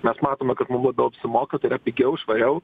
mes matome kad mum labiau apsimoka tai yra pigiau švariau